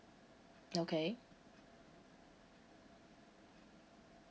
okay